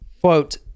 Quote